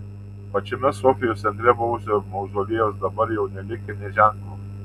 pačiame sofijos centre buvusio mauzoliejaus dabar jau nelikę nė ženklo